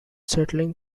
settling